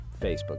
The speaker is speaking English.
Facebook